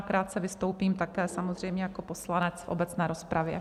Krátce vystoupím také samozřejmě jako poslanec v obecné rozpravě.